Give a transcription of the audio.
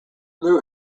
liu